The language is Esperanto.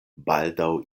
baldaŭ